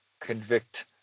convict